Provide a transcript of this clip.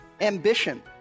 ambition